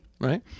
Right